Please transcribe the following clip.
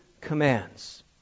commands